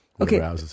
okay